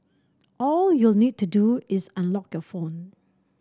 all you'll need to do is unlock your phone